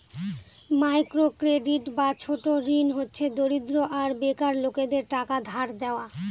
micro credit বা ছোট ঋণ হচ্ছে দরিদ্র আর বেকার লোকেদের টাকা ধার দেওয়া